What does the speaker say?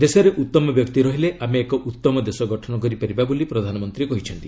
ଦେଶରେ ଉତ୍ତମ ବ୍ୟକ୍ତି ରହିଲେ ଆମେ ଏକ ଉତ୍ତମ ଦେଶ ଗଠନ କରିପାରିବା ବୋଲି ପ୍ରଧାନମନ୍ତ୍ରୀ କହିଛନ୍ତି